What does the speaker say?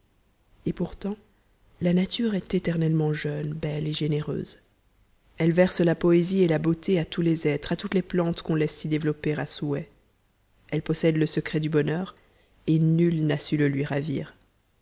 et pourtant la nature est éternellement jeune belle et généreuse elle verse la poésie et la beauté à tous les êtres à toutes les plantes qu'on laisse s'y développer à souhait elle possède le secret du bonheur et nul n'a su le lui ravir